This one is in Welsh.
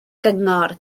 gyngor